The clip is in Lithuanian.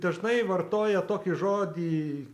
dažnai vartoja tokį žodį